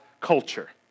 culture